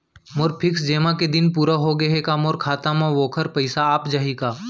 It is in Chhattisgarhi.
मोर फिक्स जेमा के दिन पूरा होगे हे का मोर खाता म वोखर पइसा आप जाही?